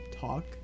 talk